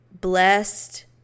blessed